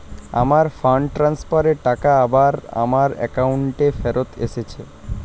আমার fund transfer এর টাকা আবার আমার একাউন্টে ফেরত এসেছে